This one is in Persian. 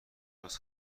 روز